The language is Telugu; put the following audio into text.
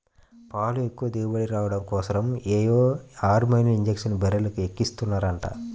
పాలు ఎక్కువ దిగుబడి రాడం కోసరం ఏవో హార్మోన్ ఇంజక్షన్లు బర్రెలకు ఎక్కిస్తన్నారంట